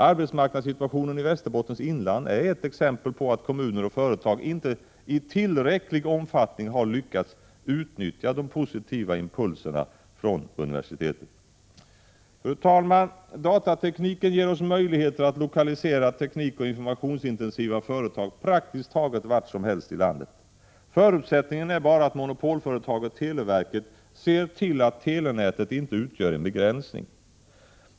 Arbetsmarknadssituationen i Västerbottens inland är ett exempel på att kommuner och företag inte i tillräcklig omfattning har lyckats utnyttja de positiva impulserna från universitetet. Fru talman! Datatekniken ger oss möjligheter att lokalisera teknikoch informationsintensiva företag praktiskt taget vart som helst i landet. Förutsättningen är bara att monopolföretaget televerket ser till att telenätet inte utgör en begränsning.